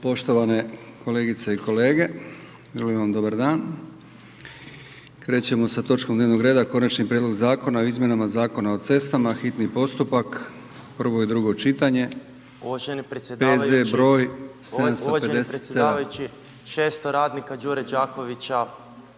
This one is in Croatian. Poštovane kolegice i kolege želim vam dobar dan. Krećemo sa točkom dnevnog reda: - Konačni prijedlog Zakona o izmjenama Zakona o cestama, hitni postupak, prvo i drugo čitanje, P.Z. broj 757